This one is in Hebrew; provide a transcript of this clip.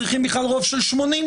צריכים בכלל רוב של 80,